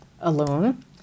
alone